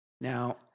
Now